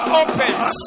opens